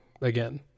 again